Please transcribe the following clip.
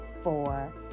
four